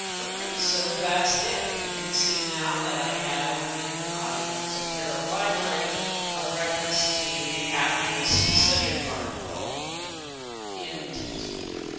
okay, so that's it. you can see now that i have in my zotero library a reference to appiah's specific article in the textbook.